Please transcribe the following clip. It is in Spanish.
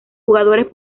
jugadores